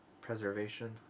preservation